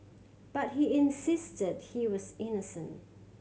but he insisted he was innocent